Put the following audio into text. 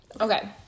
Okay